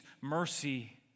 mercy